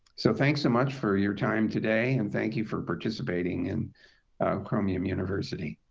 so thanks so much for your time today and. thank you for participating in chromium university.